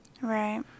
Right